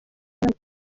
nyabaki